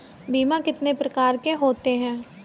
बीमा कितने प्रकार के होते हैं?